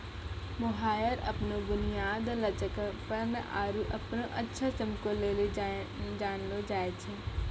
mohair अपनो बुनियाद, लचकपन आरु अपनो अच्छा चमको लेली जानलो जाय छै